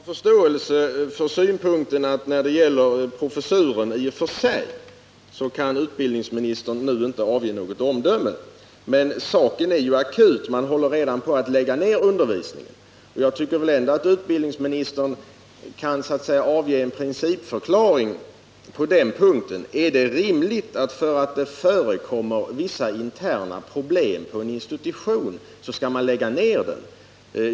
Herr talman! Jag kan ha förståelse för synpunkten att utbildningsministern, när det gäller professuren i och för sig, nu inte kan avge något omdöme. Men saken är akut! Man håller redan på att lägga ned undervisningen. Jag tycker ändå att utbildningsministern kan avge en principförklaring på den punkten: Är det rimligt att man skall lägga ned en institution därför att det förekommer vissa interna problem på den?